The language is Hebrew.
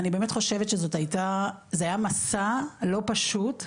אני באמת חושבת שזה היה מסע לא פשוט.